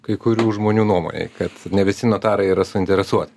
kai kurių žmonių nuomonei kad ne visi notarai yra suinteresuoti